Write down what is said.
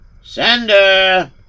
Sender